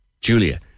Julia